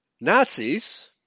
Nazis